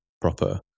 proper